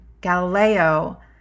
Galileo